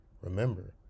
Remember